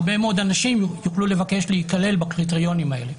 הרבה מאוד אנשים יוכלו לבקש להיכלל בקריטריונים האלה,